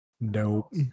Nope